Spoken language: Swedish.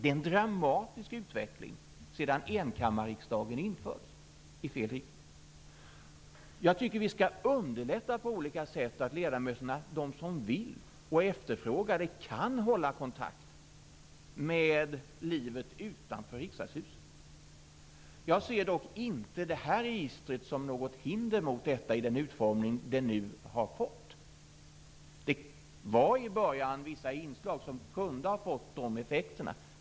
Det är en dramatisk utveckling i fel riktning sedan enkammarriksdagen infördes. Jag tycker att vi på olika sätt skall underlätta så att de ledamöter som vill och efterfrågar det kan hålla kontakt med livet utanför Riksdagshuset. Jag ser dock inte det här registret som något hinder mot detta i den utformning det nu har fått. Det fanns i början vissa inslag som kunde ha fått de effekterna.